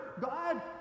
God